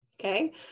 okay